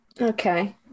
okay